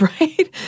Right